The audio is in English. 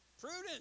prudent